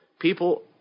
People